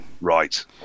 Right